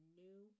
new